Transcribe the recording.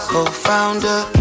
Co-Founder